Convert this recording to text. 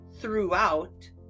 throughout